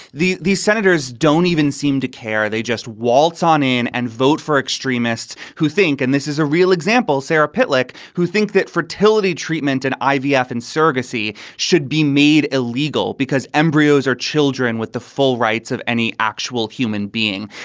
these senators don't even seem to care. they just waltz on in and vote for extremists who think and this is a real example, sarah pittock, who think that fertility treatment and ivf yeah ivf and surrogacy should be made illegal because embryos are children with the full rights of any actual human being.